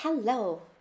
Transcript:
Hello